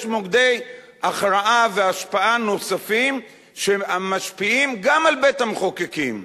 יש מוקדי הכרעה והשפעה נוספים שמשפיעים גם על בית-המחוקקים.